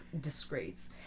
disgrace